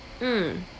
mm